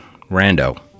Rando